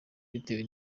bitewe